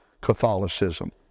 Catholicism